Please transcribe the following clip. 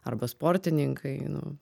arba sportininkai nu